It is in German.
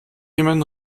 jemand